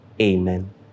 amen